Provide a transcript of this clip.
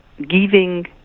giving